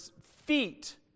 feet